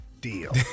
deal